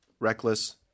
Reckless